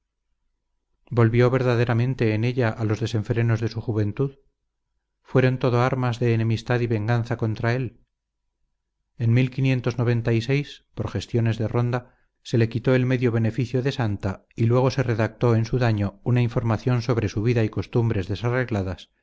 volvió verdaderamente en ella a los desenfrenos de su juventud fueron todo armas de enemistad y venganza contra él en por gestiones de ronda se le quitó el medio beneficio de santa y luego se redactó en su daño una información sobre su vida y costumbres desarregladas